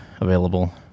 available